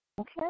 Okay